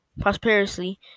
prosperously